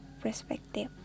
perspective